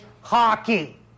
hockey